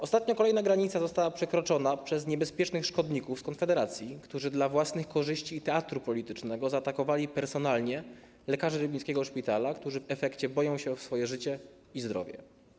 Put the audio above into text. Ostatnio kolejna granica została przekroczona przez niebezpiecznych szkodników z Konfederacji, którzy dla własnych korzyści i teatru politycznego zaatakowali personalnie lekarzy rybnickiego szpitala, którzy w efekcie boją się o swoje życie i zdrowie.